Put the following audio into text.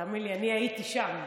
תאמין לי, אני הייתי שם.